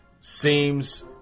seems